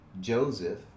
Joseph